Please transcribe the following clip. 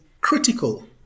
critical